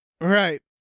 Right